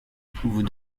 vous